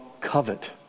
covet